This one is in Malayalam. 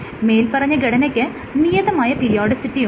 മേല്പറഞ്ഞ ഘടനയ്ക്ക് നിയതമായ പിരിയോഡോസിറ്റിയുണ്ട്